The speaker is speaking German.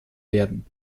werden